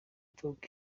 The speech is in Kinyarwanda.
dogg